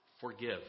forgive